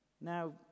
Now